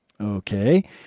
okay